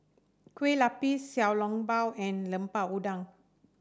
Kueh Lapis Xiao Long Bao and Lemper Udang